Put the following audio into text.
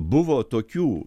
buvo tokių